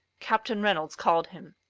captain reynolds called him.